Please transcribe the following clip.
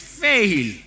fail